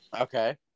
okay